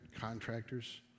contractors